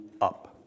up